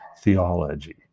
theology